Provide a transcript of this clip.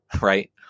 right